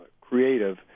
creative